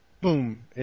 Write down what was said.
Boom